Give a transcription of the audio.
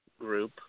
group